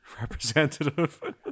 representative